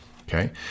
Okay